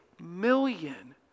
million